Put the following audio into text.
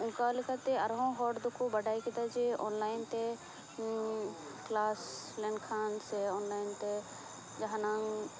ᱚᱱᱠᱟ ᱞᱮᱠᱟᱛᱮ ᱟᱨᱦᱚᱸ ᱦᱚᱲ ᱫᱚᱠᱚ ᱵᱟᱰᱟᱭ ᱠᱮᱫᱟ ᱡᱮ ᱚᱱᱞᱟᱴᱤᱱ ᱛᱮ ᱠᱮᱞᱟᱥ ᱞᱮᱱᱠᱷᱟᱱ ᱥᱮ ᱚᱱᱞᱟᱭᱤᱱ ᱛᱮ ᱡᱟᱦᱟᱸᱱᱟᱜ